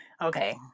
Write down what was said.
okay